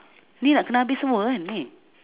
ni nak kena habis semua kan ni